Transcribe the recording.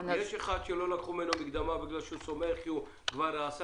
יש מי שלא לקחו ממנו מקדמה כי הוא כבר עשה